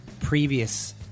previous